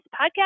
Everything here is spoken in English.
podcast